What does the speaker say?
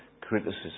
criticism